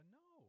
no